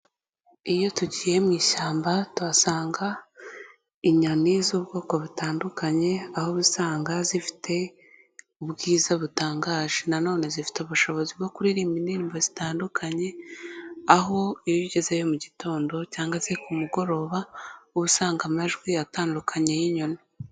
Iyo tugiye mu ishyamba, tuhasanga inyoni z'ubwoko butandukanye, aho uba usanga zifite ubwiza butangaje. Nanone zifite ubushobozi bwo kuririmba indirimbo zitandukanye, aho iyo ugezeyo mu gitondo cyangwa se ku mugoroba, uba usanga amajwi atandukanye y'inyoni.